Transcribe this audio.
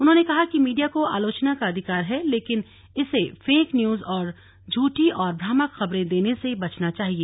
उन्होंने कहा कि मीडिया को आलोचना का अधिकार है लेकिन इसे फेक न्यूज और झुठी और भ्रामक खबरें देने से बचना चाहिए